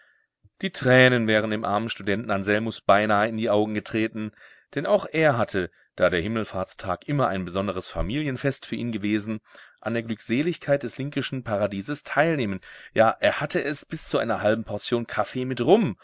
die tränen wären dem armen studenten anselmus beinahe in die augen getreten denn auch er hatte da der himmelfahrtstag immer ein besonderes familienfest für ihn gewesen an der glückseligkeit des linkischen paradieses teilnehmen ja er hatte es bis zu einer halben portion kaffee mit rum